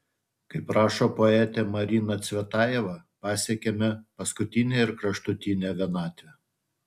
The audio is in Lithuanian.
kaip rašo poetė marina cvetajeva pasiekiame paskutinę ir kraštutinę vienatvę